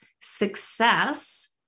success